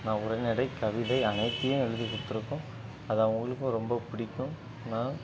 நான் உரைநடை கவிதை அனைத்தையும் எழுதி கொடுத்துருக்கோம் அது அவங்களுக்கும் ரொம்ப பிடிக்கும் நான்